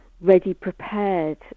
ready-prepared